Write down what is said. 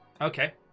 Okay